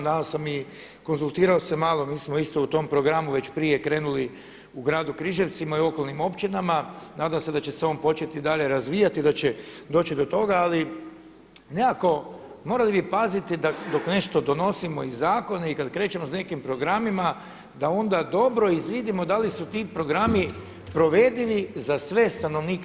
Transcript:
Danas sam i konzultirao se malo, mi smo isto u tom programu već prije krenuli u gradu Križevcima i okolnim općinama, nadam se da će se on početi dalje razvijati i da će doći do toga, ali nekako morali bi paziti dok nešto donosimo i zakone i kada krećemo s nekim programima da onda dobro izvidimo da li su ti programi provedivi za sve stanovnike RH.